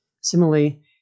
Similarly